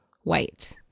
white